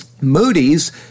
Moody's